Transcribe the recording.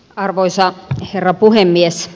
arvoisa herra puhemies